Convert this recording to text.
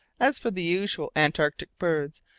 as for the usual antarctic birds,